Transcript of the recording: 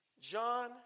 John